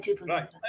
Right